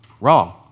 wrong